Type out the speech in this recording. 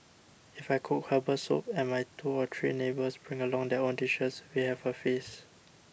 if I cook Herbal Soup and my two or three neighbours bring along their own dishes we have a feast